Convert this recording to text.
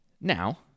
Now